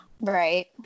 Right